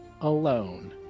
alone